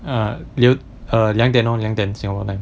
err err 两点 lor 两点 singapore time